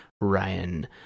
Ryan